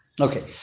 Okay